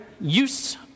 use